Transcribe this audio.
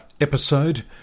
episode